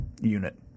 unit